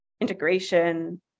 integration